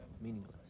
meaningless